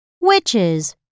witches